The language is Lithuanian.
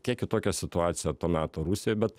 kiek kitokia situacija to meto rusijoj bet